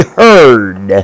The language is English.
heard